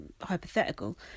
hypothetical